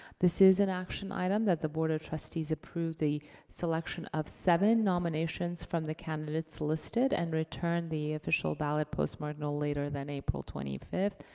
this is an action item that the board of trustees approve the selection of seven nominations from the candidates listed, and return the official ballot postmarked no later than april twenty fifth,